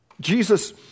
Jesus